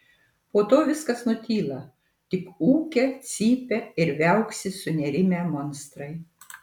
po to viskas nutyla tik ūkia cypia ir viauksi sunerimę monstrai